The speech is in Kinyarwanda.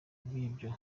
bw’ibyo